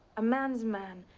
a man's man.